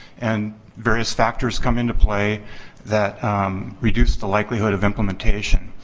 and various factors come into play that reduce the likelihood of implementation.